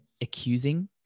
accusing